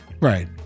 Right